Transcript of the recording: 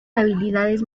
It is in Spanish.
habilidades